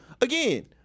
again